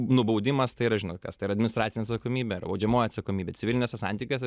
nubaudimas tai yra žinot kas tai yra administracinė atsakomybė ar baudžiamoji atsakomybė civiliniuose santykiuose